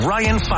Ryan